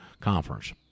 conference